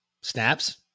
Snaps